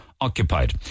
occupied